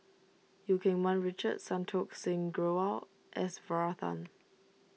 Eu Keng Mun Richard Santokh Singh Grewal S Varathan